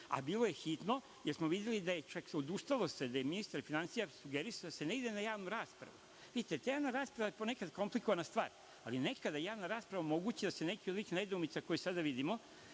a bilo je hitno, jer smo videli da se odustalo, ministar finansija je sugerisao da se ne ide na javnu raspravu… Vidite, ta javna rasprava je ponekad komplikovana stvar, ali nekada javna rasprava omogućava da se neke od ovih nedoumica, koje sada vidimo,